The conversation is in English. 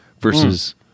versus